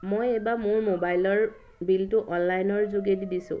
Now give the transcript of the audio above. মই এইবাৰ মোৰ মোবাইলৰ বিলটো অনলাইনৰ যোগেদি দিছোঁ